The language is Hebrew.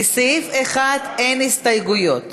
לסעיף 1 אין הסתייגויות.